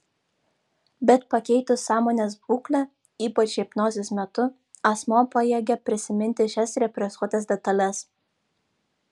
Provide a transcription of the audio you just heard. bet pakeitus sąmonės būklę ypač hipnozės metu asmuo pajėgia prisiminti šias represuotas detales